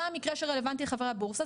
מה המקרה שרלוונטי לחברי הבורסה?